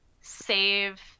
save